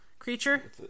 Creature